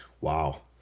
wow